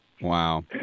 Wow